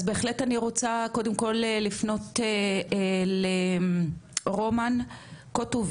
אז בהחלט אני רוצה קודם כל לפנות לרומן קוטוויץ